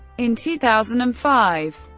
in two thousand and five,